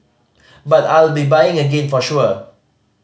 but I'll be buying again for sure